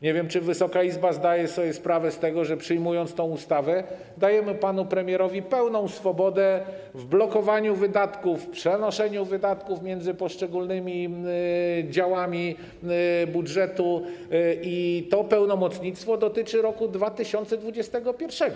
Nie wiem, czy Wysoka Izba zdaje sobie sprawę z tego, że przyjmując tę ustawę, dajemy panu premierowi pełną swobodę w blokowaniu wydatków, przenoszeniu wydatków między poszczególnymi działami budżetu, i to pełnomocnictwo dotyczy roku 2021.